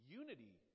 unity